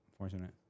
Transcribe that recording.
unfortunate